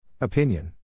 Opinion